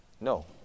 No